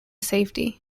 safety